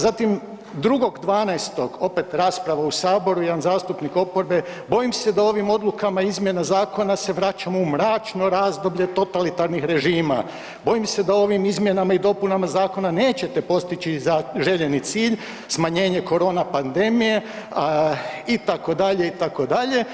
Zatim, 2.12. opet rasprava u Saboru i jedan zastupnik oporbe, bojim se da ovim odlukama izmjenama zakona se vraćamo u mračno razdoblje totalitarnih režima, bojim se da ovim izmjenama i dopunama zakona nećete postići željeni cilj, smanjenje korona pandemije, itd., itd.